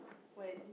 when